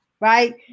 right